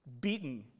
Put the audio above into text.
Beaten